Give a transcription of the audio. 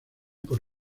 por